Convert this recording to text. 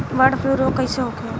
Bird flu रोग कईसे होखे?